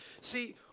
See